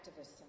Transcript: activists